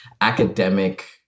academic